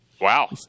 Wow